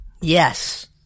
Yes